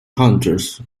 hunters